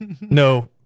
no